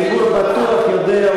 הציבור בטוח יודע,